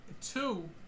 Two